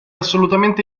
assolutamente